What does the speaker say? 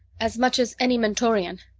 as much as any mentorian.